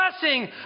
blessing